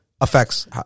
affects